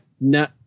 No